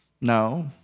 No